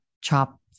chop